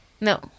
No